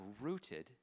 rooted